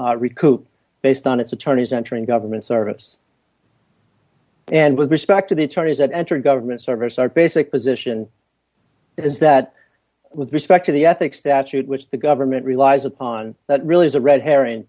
recoup based on its attorneys entering government service and with respect to the attorneys that enter government service our basic position is that with respect to the ethics that suit which the government relies upon that really is a red herring